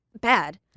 bad